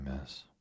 Miss